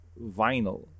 vinyl